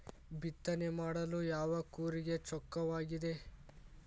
ಬಿತ್ತನೆ ಮಾಡಲು ಯಾವ ಕೂರಿಗೆ ಚೊಕ್ಕವಾಗಿದೆ?